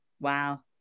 Wow